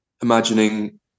imagining